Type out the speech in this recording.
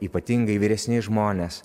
ypatingai vyresni žmonės